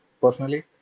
personally